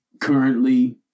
currently